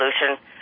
solution